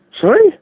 Sorry